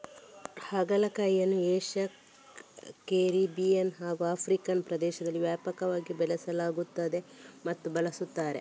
ಹಾಗಲಕಾಯಿಯನ್ನು Asia, Caribbean ಹಾಗೂ African ಪ್ರದೇಶದಲ್ಲಿ ವ್ಯಾಪಕವಾಗಿ ಬೆಳೆಸಲಾಗುತ್ತದೆ ಮತ್ತು ಬಳಸುತ್ತಾರೆ